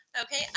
Okay